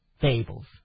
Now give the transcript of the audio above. fables